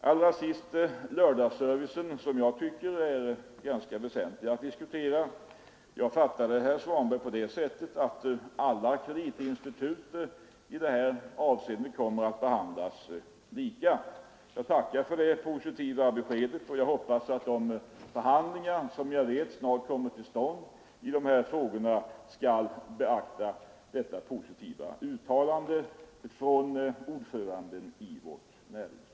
Vad slutligen lördagsservicen angår, som jag för övrigt tycker är en väsentlig sak att diskutera, fattade jag herr Svanberg så att alla kreditinstitut i det avseendet kommer att behandlas lika. Jag tackar för det positiva beskedet och hoppas att man vid de förhandlingar som jag vet snart kommer till stånd i dessa frågor kommer att beakta detta positiva uttalande från ordföranden i riksdagens näringsutskott.